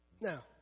Now